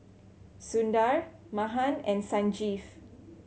Sundar Mahan and Sanjeev